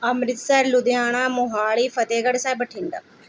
Amritsar Ludhiana Mohali Fatehgarh Sahib Bathinda